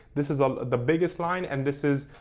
this is a the biggest line and this is